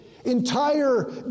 Entire